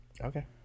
Okay